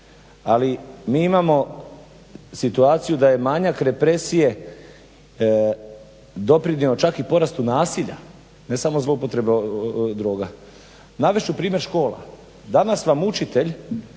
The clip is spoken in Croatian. ali mi imamo situaciju da je manjak represije doprinio čak i porastu nasilja ne samo zloupotrebe droga. Navest ću primjer škola, danas vam učitelj